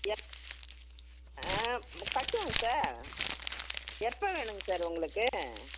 எ ஆ கட்டுவோம் சார் எப்போ வேணுங்க சார் உங்களுக்கு